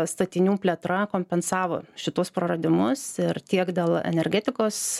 statinių plėtra kompensavo šituos praradimus ir tiek dėl energetikos